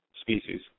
species